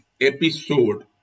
episode